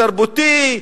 התרבותי.